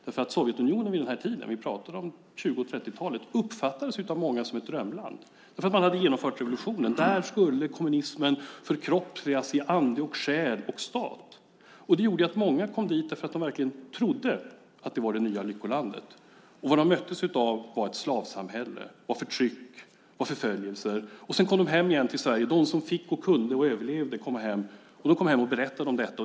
Sovjetunionen uppfattades vid den här tiden - vi pratade om 20 och 30-talet - av många som ett drömland, därför att man hade genomfört revolutionen. Där skulle kommunismen förkroppsligas i ande, själ och stat. Det gjorde att många kom dit, därför att de verkligen trodde att det var det nya lyckolandet. Vad de möttes av var ett slavsamhälle, förtryck och förföljelser. Sedan kom de som fick, kunde och överlevde hem till Sverige igen och berättade om detta.